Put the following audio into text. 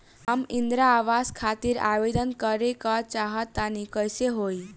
हम इंद्रा आवास खातिर आवेदन करे क चाहऽ तनि कइसे होई?